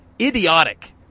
idiotic